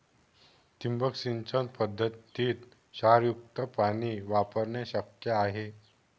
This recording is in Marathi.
ठिबक सिंचन पद्धतीत क्षारयुक्त पाणी वापरणे शक्य आहे